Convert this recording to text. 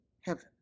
heaven